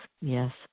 Yes